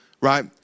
Right